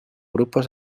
grupos